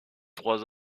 trois